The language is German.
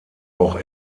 auch